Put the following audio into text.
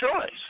choice